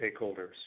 stakeholders